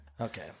Okay